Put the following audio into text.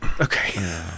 okay